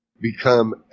become